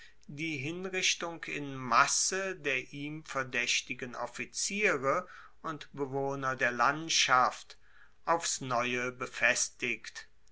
die hinrichtung in masse der ihm verdaechtigen offiziere und bewohner der landschaft aufs neue befestigt